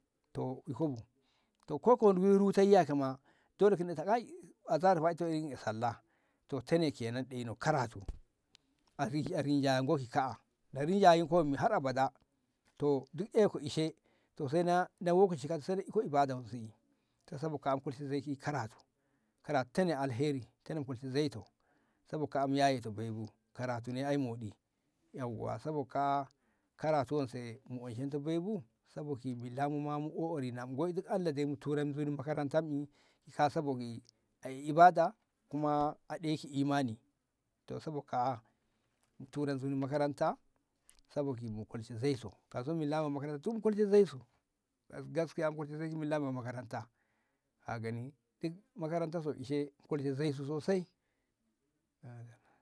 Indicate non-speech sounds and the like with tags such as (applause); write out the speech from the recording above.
to eko bu kolyu rute yakama dole kinne ta ka'a e (unintelligible) salla to te ne kenan deno karatu ari- ari janye ko ki ka'a arinjaye komi har abada to duk iye ko ishe to sa na se lokaci se iko ibada wo se ka sabu ka an kolshe karatu ratu tane alheri kan kolshe zei to kamo kaye kai mu yayi ki gai bu karatu na yayi moɗi yauwa safko ka karatu wanse washento goi bu saboki billamu ma mu o'ori wai duk Allah (unintelligible) ki ka sa bu nbogi ai ibada kuma ɗeshi imani to sabo ka'a na tura nzuni maranta saboki mu kolshe zai to kai so milla wo makaranta tun kolshe zai su gaskiya an kolshe zai milla me makaranta ka gani duk makaranta so ishe kolshi zaisu sosai